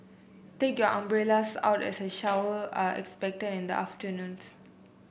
take your umbrellas out as a shower are expected in the afternoons